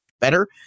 better